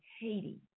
Haiti